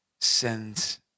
send